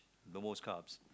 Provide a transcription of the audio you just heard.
the most carbs